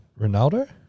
Ronaldo